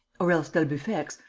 or else d'albufex.